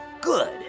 good